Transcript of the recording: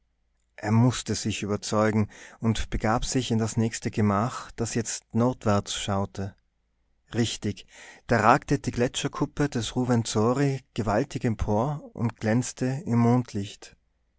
er mußte sich überzeugen und begab sich in das nächste gemach das jetzt nordwärts schaute richtig da ragte die gletscherkuppe des ruwenzori gewaltig empor und glänzte im mondlicht